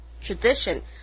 tradition